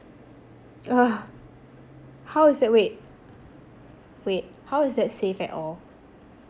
ugh how is that wait wait how is that safe at all